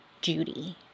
Judy